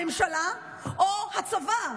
הממשלה או הצבא?